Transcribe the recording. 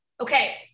Okay